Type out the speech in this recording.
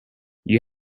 you